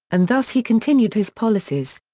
and thus he continued his policies.